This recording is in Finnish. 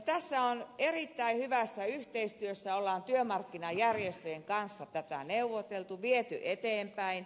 tässä on erittäin hyvässä yhteistyössä työmarkkinajärjestöjen kanssa tätä neuvoteltu viety eteenpäin